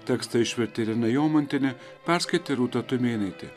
tekstą išvertė irena jomantienė perskaitė rūta tumėnaitė